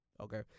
Okay